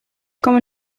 komme